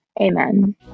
amen